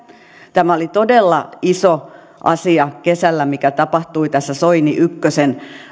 tämä oli todella iso asia kesällä mikä tapahtui tässä soini ykkösen